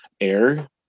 air